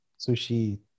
sushi